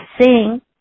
sing